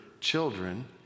children